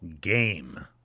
game